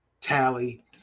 tally